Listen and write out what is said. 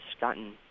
gotten